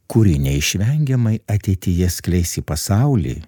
kuri neišvengiamai ateityje skleis į pasaulį